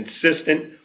consistent